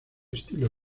estilo